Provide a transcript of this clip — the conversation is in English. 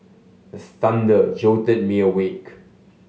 the thunder jolt me awake